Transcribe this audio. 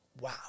wow